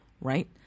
Right